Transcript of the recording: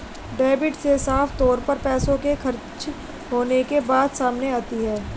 debit से साफ तौर पर पैसों के खर्च होने के बात सामने आती है